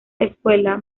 escuela